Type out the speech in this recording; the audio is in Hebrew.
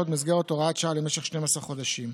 במסגרת הוראת שעה למשך 12 חודשים.